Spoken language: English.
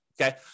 okay